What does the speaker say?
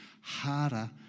harder